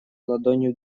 ладонью